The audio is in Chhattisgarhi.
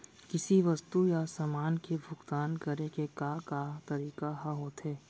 किसी वस्तु या समान के भुगतान करे के का का तरीका ह होथे?